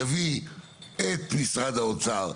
יביא את משרד האוצר,